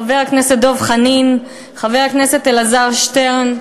חבר הכנסת דב חנין, חבר הכנסת אלעזר שטרן,